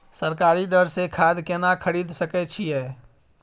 सरकारी दर से खाद केना खरीद सकै छिये?